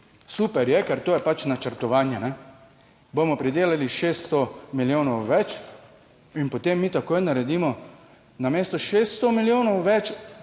super je, ker to je pač načrtovanje, bomo pridelali 600 milijonov več. In potem mi takoj naredimo namesto 600 milijonov več